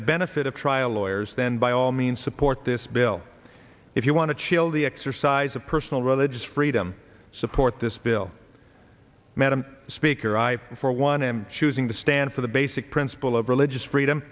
the benefit of trial lawyers then by all means support this bill if you want to chill the exercise of personal religious freedom support this bill madam speaker i for one am choosing to stand for the basic principle of religious freedom